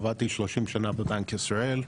עבדתי 30 שנה בבנק ישראל,